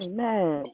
Amen